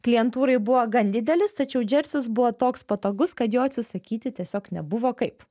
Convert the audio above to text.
klientūrai buvo gan didelis tačiau džersis buvo toks patogus kad jo atsisakyti tiesiog nebuvo kaip